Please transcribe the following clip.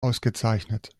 ausgezeichnet